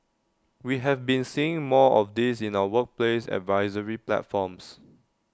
we have been seeing more of this in our workplace advisory platforms